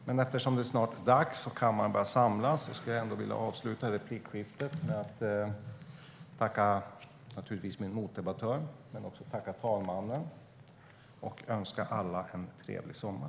Men eftersom det snart är dags för votering och kammaren börjar samlas skulle jag ändå vilja avsluta replikskiftet med att tacka min motdebattör men också talmannen och önska alla en trevlig sommar.